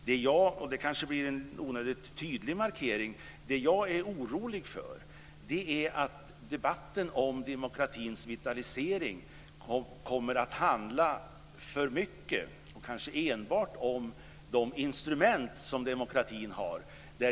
Jag är orolig över - det här kanske blir en onödigt tydlig markering - att debatten om demokratins vitalisering för mycket och kanske enbart kommer att handla om de instrument som demokratin har.